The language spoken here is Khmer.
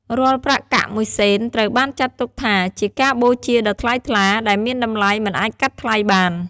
រាល់ប្រាក់កាក់មួយសេនត្រូវបានចាត់ទុកថាជាការបូជាដ៏ថ្លៃថ្លា ដែលមានតម្លៃមិនអាចកាត់ថ្លៃបាន។